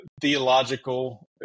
theological